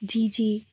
যি যি